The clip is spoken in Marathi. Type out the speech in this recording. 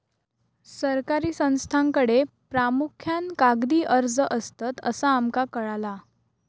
सरकारी संस्थांकडे प्रामुख्यान कागदी अर्ज असतत, असा आमका कळाला